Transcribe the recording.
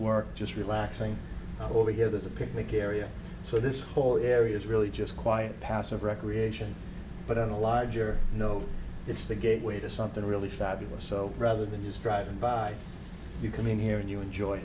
work just relaxing over here there's a picnic area so this whole area is really just quiet passive recreation but in a larger you know it's the gateway to something really fabulous so rather than just driving by you coming here and you enjoy